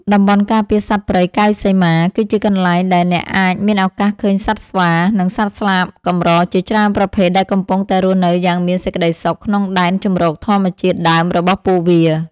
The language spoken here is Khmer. តំបន់ការពារសត្វព្រៃកែវសីមា គឺជាកន្លែងដែលអ្នកអាចមានឱកាសឃើញសត្វស្វា និង សត្វស្លាបកម្រជាច្រើនប្រភេទដែលកំពុងតែរស់នៅយ៉ាងមានសេចក្តីសុខក្នុងដែនជម្រកធម្មជាតិដើមរបស់ពួកវា។